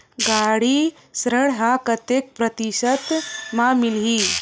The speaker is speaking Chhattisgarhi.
गाड़ी ऋण ह कतेक प्रतिशत म मिलही?